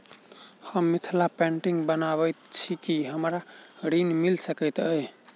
हम मिथिला पेंटिग बनाबैत छी की हमरा ऋण मिल सकैत अई?